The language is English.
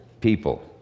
people